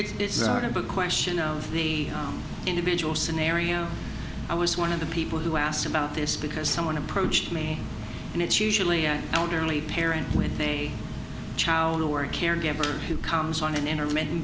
the it's not a question of the individual scenario i was one of the people who asked about this because someone approached me and it's usually an elderly parent with a child or a caregiver who comes on an intermittent